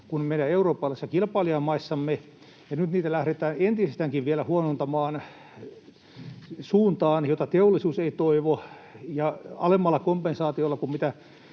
kuin meidän eurooppalaisissa kilpailijamaissamme, ja nyt niitä lähdetään entisestäänkin vielä huonontamaan suuntaan, jota teollisuus ei toivo, ja alemmalla kompensaatiolla kuin mitä